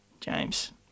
James